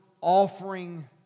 offering